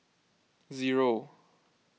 zero